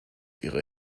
ihre